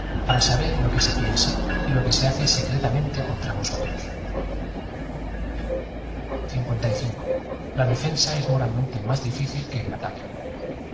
para saber lo que se piensa y lo que hace secretamente contra vosotros la defensa es moralmente más d ifíc il el ataque